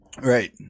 Right